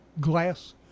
glass